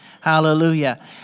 Hallelujah